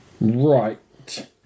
Right